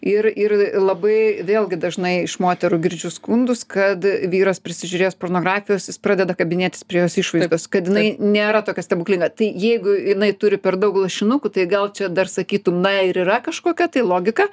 ir ir labai vėlgi dažnai iš moterų girdžiu skundus kad vyras prisižiūrėjęs pornografijos jis pradeda kabinėtis prie jos išvaizdos kad jinai nėra tokia stebuklinga tai jeigu jinai turi per daug lašinukų tai gal čia dar sakytum na ir yra kažkokia tai logika